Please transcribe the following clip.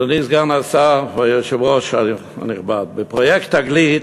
אדוני סגן השר, היושב-ראש הנכבד, בפרויקט "תגלית",